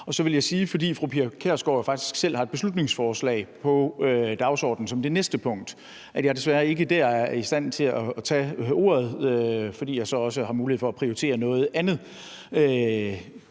Og så vil jeg, fordi fru Pia Kjærsgaard jo faktisk selv har et beslutningsforslag på dagsordenen som det næste punkt, sige, at jeg desværre ikke dér er i stand til at tage ordet, fordi jeg så har mulighed for at prioritere noget andet